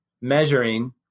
measuring